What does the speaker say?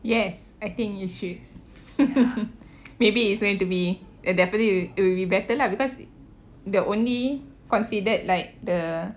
yes I think you should maybe it's going to be it definitely it will be better lah because the only considered like the